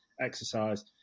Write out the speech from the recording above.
exercise